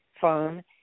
phone